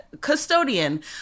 custodian